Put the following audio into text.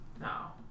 Now